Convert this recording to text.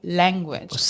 language